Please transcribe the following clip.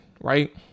right